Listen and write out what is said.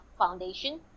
Foundation